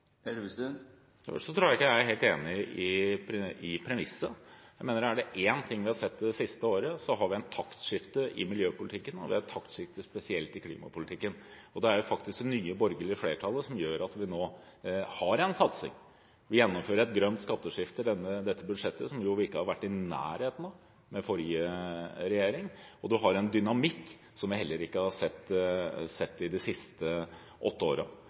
tror jeg ikke at jeg er helt enig i premisset. Er det én ting vi har sett det siste året, er det at vi har et taktskifte i miljøpolitikken, og det er et taktskifte spesielt i klimapolitikken. Det er faktisk det nye borgerlige flertallet som gjør at vi nå har en satsing. Vi gjennomfører et grønt skatteskifte i dette budsjettet som vi ikke har vært i nærheten av med forrige regjering, og man har en dynamikk som man heller ikke har sett de siste åtte årene. Når det